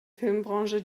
filmbranche